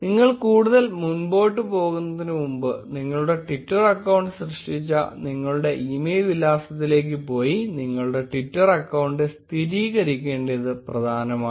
നിങ്ങൾ കൂടുതൽ മുന്നോട്ട് പോകുന്നതിനുമുമ്പ് നിങ്ങൾ ട്വിറ്റർ അക്കൌണ്ട് സൃഷ്ടിച്ച നിങ്ങളുടെ ഇമെയിൽ വിലാസത്തിലേക്ക് പോയി നിങ്ങളുടെ ട്വിറ്റർ അക്കൌണ്ട് സ്ഥിരീകരിക്കേണ്ടത് പ്രധാനമാണ്